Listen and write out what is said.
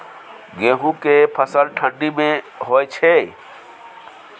गेहूं के फसल ठंडी मे होय छै?